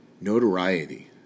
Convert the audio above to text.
notoriety